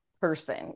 person